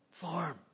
farm